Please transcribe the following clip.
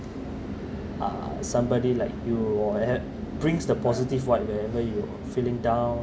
uh somebody like you or brings the positive vibe wherever you're feeling down